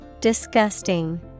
Disgusting